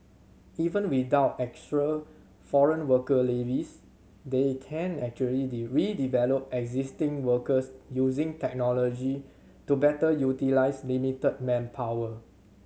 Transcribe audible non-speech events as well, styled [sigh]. even without extra foreign worker levies they can actually [unintelligible] existing workers using technology to better utilise limited manpower